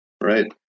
right